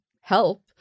help